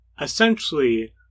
essentially